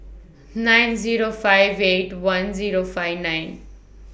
nine Zero five eight one Zero five nine